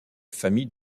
famille